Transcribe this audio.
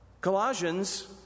Colossians